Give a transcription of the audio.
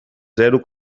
zero